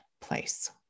place